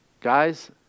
guys